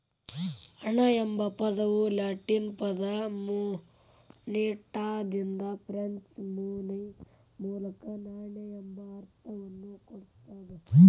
ಹಣ ಎಂಬ ಪದವು ಲ್ಯಾಟಿನ್ ಪದ ಮೊನೆಟಾದಿಂದ ಫ್ರೆಂಚ್ ಮೊನೈ ಮೂಲಕ ನಾಣ್ಯ ಎಂಬ ಅರ್ಥವನ್ನ ಕೊಡ್ತದ